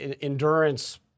endurance